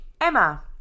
Emma